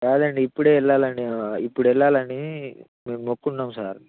కాదండి ఇప్పుడు వెళ్ళాలండి నేను ఇప్పుడు వెళ్ళాలని మేము మొక్కుకున్నాం సార్